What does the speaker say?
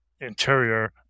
interior